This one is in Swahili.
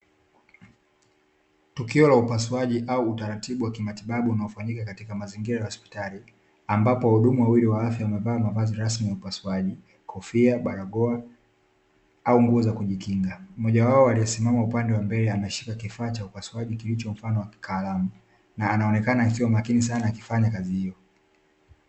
Tukio la upasuaji au utaratibu wa kimatibabu unaofanyika katika mazingira ya hospitali, ambapo wahudumu wawili wa afya wamevaa mavazi rasmi ya upasuaji (kofia barakoa au nguo za kujikinga). Mmojawao aliye simama upande wa mbele anashika kifaa cha upasuaji kilicho mfano wa kikalamu, na anaonekana akiwa makini sana akifanya kazi hiyo.